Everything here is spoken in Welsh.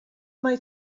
mai